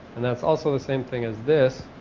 and that is also the same thing as this,